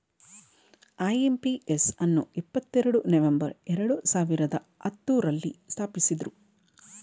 IMPS ಅನ್ನು ಇಪ್ಪತ್ತೆರಡು November ಎರಡು ಸಾವಿರದ ಹತ್ತುರಲ್ಲಿ ಸ್ಥಾಪಿಸಿದ್ದ್ರು